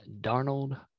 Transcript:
Darnold